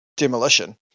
demolition